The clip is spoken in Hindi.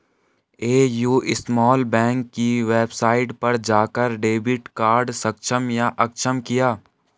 ए.यू स्मॉल बैंक की वेबसाइट पर जाकर डेबिट कार्ड सक्षम या अक्षम किया